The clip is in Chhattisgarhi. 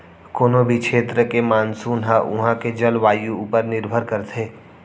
कोनों भी छेत्र के मानसून ह उहॉं के जलवायु ऊपर निरभर करथे